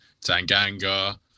Tanganga